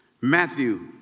Matthew